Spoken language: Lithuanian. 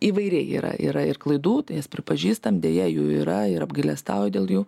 įvairiai yra yra ir klaidų tai jas pripažįstam deja jų yra ir apgailestauju dėl jų